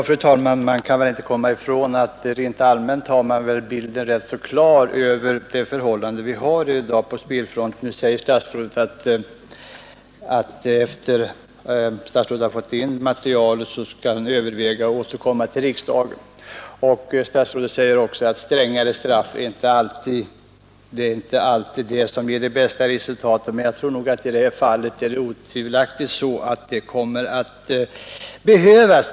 Fru talman! Man kan väl inte komma ifrån att man rent allmänt har bilden rätt klar över de förhållanden som råder på spelfronten. Nu säger statsrådet att när man fått in mer material så skall statsrådet överväga att återkomma till riksdagen. Vidare säger statsrådet att strängare straff inte alltid är det som ger det bästa resultatet. I det här fallet är det emellertid otvivelaktigt så att det kommer att behövas.